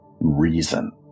reason